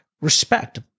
respect